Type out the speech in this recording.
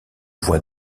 voit